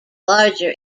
larger